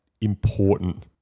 important